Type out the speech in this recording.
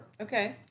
Okay